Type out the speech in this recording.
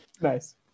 nice